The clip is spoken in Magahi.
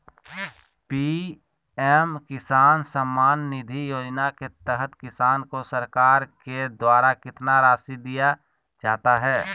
पी.एम किसान सम्मान निधि योजना के तहत किसान को सरकार के द्वारा कितना रासि दिया जाता है?